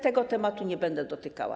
Tego tematu nie będę dotykała.